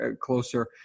closer